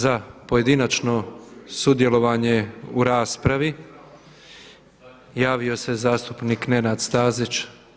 Za pojedinačno sudjelovanje u raspravi javio se zastupnik Nenad Stazić.